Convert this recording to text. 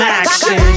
action